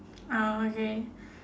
ah okay